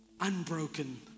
unbroken